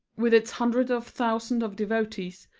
with its hundreds of thousands of devotees,